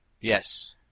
Yes